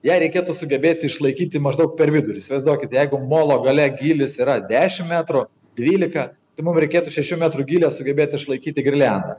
ją reikėtų sugebėti išlaikyti maždaug per vidurį įsivaizduokit jeigu molo gale gylis yra dešimt metrų dvylika tai mum reikėtų šešių metrų gylio sugebėti išlaikyti girliandą